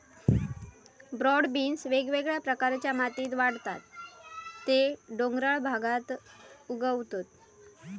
broad beans वेगवेगळ्या प्रकारच्या मातीत वाढतत ते डोंगराळ भागात उगवतत